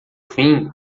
fim